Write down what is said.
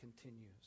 continues